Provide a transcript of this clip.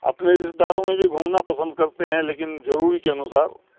اپنے رشتے داروں میں بھی گھومنا پسند کرتے ہیں لیکن ضروری کے انوسار